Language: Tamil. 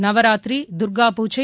நவராத்திரி தர்காபூஜை